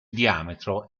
diametro